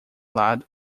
lado